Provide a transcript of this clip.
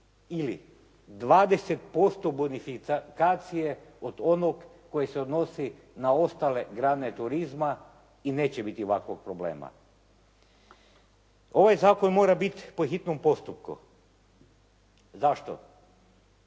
ili 20% bonifikacije od onog koji se odnosi na ostale grane turizma i neće biti ovakvog problema. Ovaj zakon mora biti po hitnom postupku. Zašto?